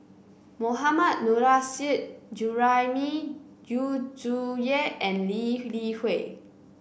Mohammad Nurrasyid Juraimi Yu Zhuye and Lee Li Hui